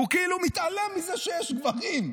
הוא כאילו מתעלם מזה שיש גברים.